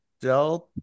Delta